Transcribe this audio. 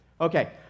Okay